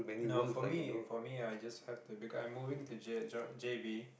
no for me for me I just have to because I'm moving to j~ Joho~ j~ j_b